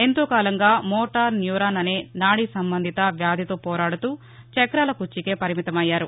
ఎంతో కాలంగా motor neuron అనే నాడీ సంబంధిత వ్యాధితో పోరాడుతూ చక్రాల కుర్చీకే పరిమితమయ్యారు